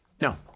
No